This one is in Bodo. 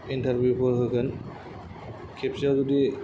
इन्टारभिउ फोर होगोन खेबसेयाव जुदि